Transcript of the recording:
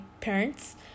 parents